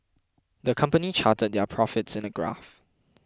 the company charted their profits in a graph